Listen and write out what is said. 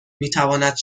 میتواند